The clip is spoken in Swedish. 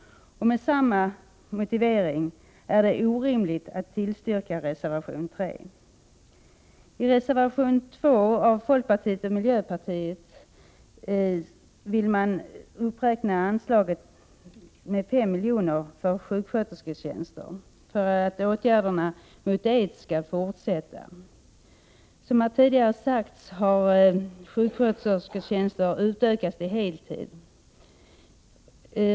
Av samma skäl är det orimligt att tillstyrka reservation 3. I reservation 2 vill folkpartiet och miljöpartiet uppräkna anslaget till sjukskötersketjänster med 5 miljoner för att åtgärderna mot aids skall fortsätta. Som tidigare sagts har ett antal sjukskötersketjänster utökats till heltid.